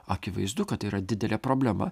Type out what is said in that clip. akivaizdu kad tai yra didelė problema